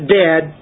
dead